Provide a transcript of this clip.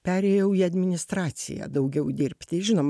perėjau į administraciją daugiau dirbti žinoma